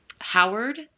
Howard